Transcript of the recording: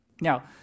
Now